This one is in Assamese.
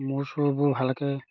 মূৰ চূৰবোৰ ভালকৈ